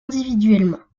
individuellement